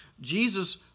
Jesus